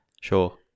Sure